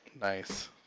Nice